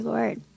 Lord